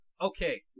okay